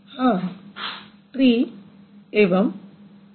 हाँ ट्री एवं s